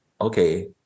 okay